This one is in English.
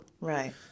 Right